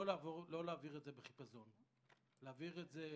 לא להעביר את זה בחיפזון אלא להעביר את זה בחוכמה.